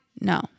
No